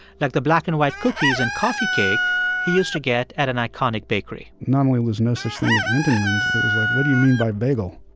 like the black-and-white cookies and coffee cake he used to get at an iconic bakery not only was there no such thing as entenmann's. it was like, what do you mean by bagel?